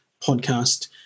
Podcast